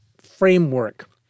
framework